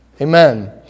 Amen